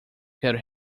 quero